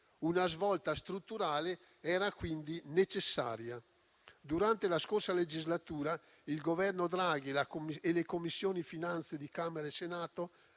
Una svolta strutturale era quindi necessaria: durante la scorsa legislatura, il Governo Draghi e le Commissioni finanze di Camera e Senato